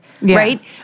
right